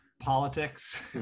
Politics